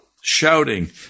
shouting